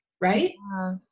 right